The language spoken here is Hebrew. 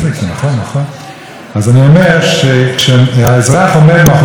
אז אני אומר: כשהאזרח עומד מאחורי הפרגוד אני מציע,